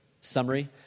summary